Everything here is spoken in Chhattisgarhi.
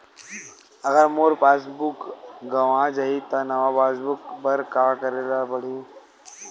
अगर मोर पास बुक गवां जाहि त नवा पास बुक बर का करे ल पड़हि?